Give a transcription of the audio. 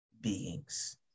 beings